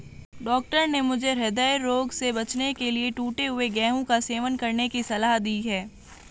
doctor ने मुझे हृदय रोग से बचने के लिए टूटे हुए गेहूं का सेवन करने की सलाह दी है